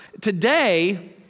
Today